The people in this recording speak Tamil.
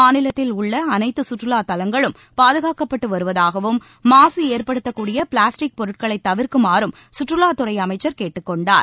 மாநிலத்தில் உள்ள அனைத்து சுற்றுலா தலங்களும் பாதுகாக்கப்பட்டு வருவதாகவும் மாசு ஏற்படுத்தக்கூடிய பிளாஸ்டிக் பொருட்களை தவிர்க்குமாறும் சுற்றுலாத் துறை அமைச்சர் கேட்டுக் கொண்டார்